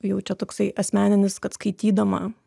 jau čia toksai asmeninis kad skaitydama